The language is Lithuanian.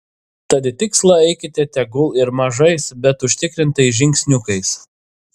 tad į tikslą eikite tegul ir mažais bet užtikrintais žingsniukais